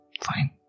Fine